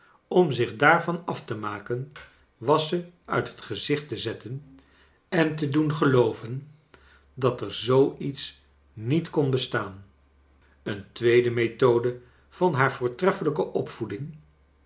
om zich daarvan af te maken was ze uit het gezicht te zetten en te doen gelooven dat er zoo iets niet kon bestaan een tweede methode van haar voortreffelijke opvoeding